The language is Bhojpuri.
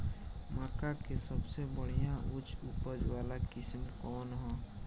मक्का में सबसे बढ़िया उच्च उपज वाला किस्म कौन ह?